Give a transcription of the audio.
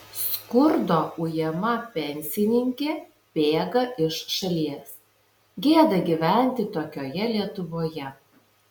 skurdo ujama pensininkė bėga iš šalies gėda gyventi tokioje lietuvoje